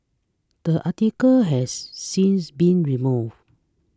that article has since been removed